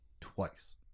twice